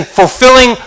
fulfilling